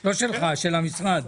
לא שלך של המשרד.